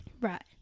Right